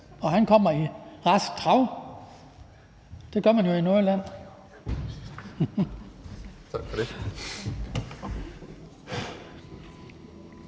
og han kommer i rask trav. Det gør man jo i Nordjylland.